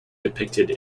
depicted